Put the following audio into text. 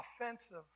offensive